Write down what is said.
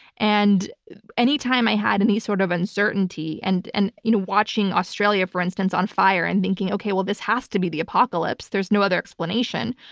and any time i had any sort of uncertainty and and you know watching australia for instance on fire and thinking, okay. well, this has to be the apocalypse. there's no other explanation.